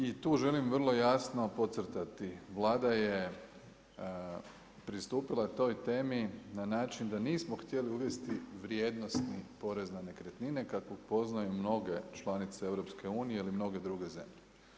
I tu želim vrlo jasno podcrtati, Vlada je pristupila toj temi na način da nismo htjeli uvesti vrijednosti porez na nekretnine, kako poznajem mnoge članice EU, ili mnoge druge zemlje.